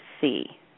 see